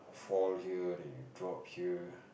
fall here the you drop here